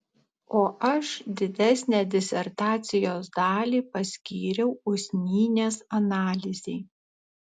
o aš didesnę disertacijos dalį paskyriau usnynės analizei